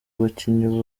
bakinnyi